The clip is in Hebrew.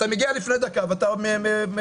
אתה מגיע לפני דקה ואתה מפריע.